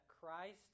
Christ